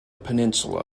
peninsula